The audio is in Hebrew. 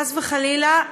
חס וחלילה,